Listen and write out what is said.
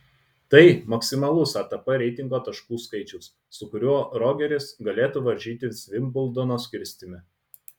tai maksimalus atp reitingo taškų skaičius su kuriuo rogeris galėtų varžytis vimbldono skirstyme